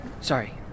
sorry